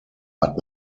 hat